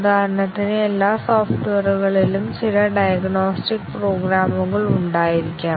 ഉദാഹരണത്തിന് എല്ലാ സോഫ്റ്റ്വെയറുകളിലും ചില ഡയഗ്നോസ്റ്റിക് പ്രോഗ്രാമുകൾ ഉണ്ടായിരിക്കാം